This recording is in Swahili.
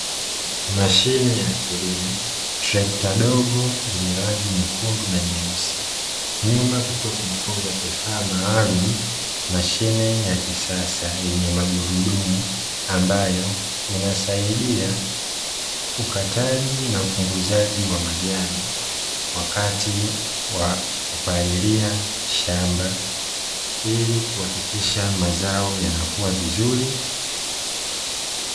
Mashine ya kilimo, trekta dogo lenye rangi nyekundu na nyeusi. Nyuma kukiwa kumefungwa kifaa maalumu. Mashine ya kisasa yenye magurudumu ambayo inasaidia ukataji na upunguzaji wa majani wakati wa kupalilia shamba, ili kuhakikisha mazao yanakua vizuri.